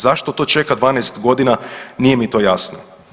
Zašto to čeka 12 godina nije mi to jasno.